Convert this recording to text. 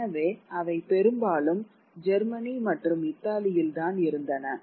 எனவே அவை பெரும்பாலும் ஜெர்மனி மற்றும் இத்தாலியில் தான் இருந்தன